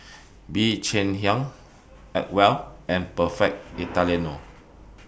Bee Cheng Hiang Acwell and Perfect Italiano